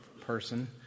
person